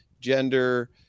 gender